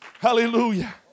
Hallelujah